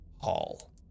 hall